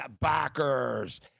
backers